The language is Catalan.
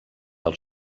del